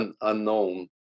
unknown